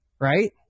right